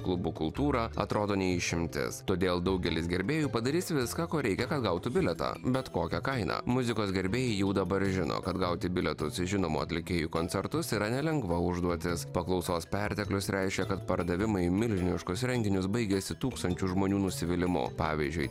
klubų kultūrą atrodo ne išimtis todėl daugelis gerbėjų padarys viską ko reikia kad gautų bilietą bet kokia kaina muzikos gerbėjai jau dabar žino kad gauti bilietus į žinomų atlikėjų koncertus yra nelengva užduotis paklausos perteklius reiškia kad pardavimai milžiniškus renginius baigėsi tūkstančių žmonių nusivylimu pavyzdžiui